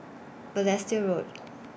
Balestier Road